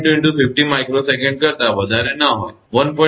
2 × 50 𝜇𝑠 કરતા વધારે ન હોય તે 1